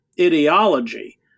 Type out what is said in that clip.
ideology